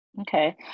Okay